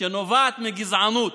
שנובעת מגזענות,